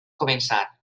començar